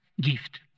gift